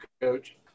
coach